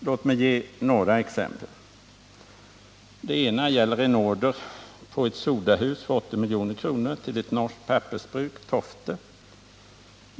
Låt mig ge några exempel. Det ena exemplet gäller en order på ett sodahus för 80 milj.kr. till ett norskt pappersbruk i Tofte.